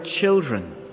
children